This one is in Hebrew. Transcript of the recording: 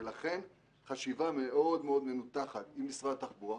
ולכן חשיבה מאוד מאוד מנותחת עם משרד התחבורה,